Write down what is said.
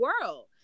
world